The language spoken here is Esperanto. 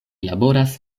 laboras